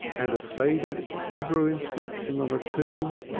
and a faded hebrew inscription on a tomb,